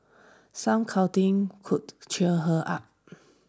some cuddling could cheer her up